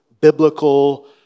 biblical